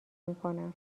میکنم